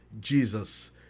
Jesus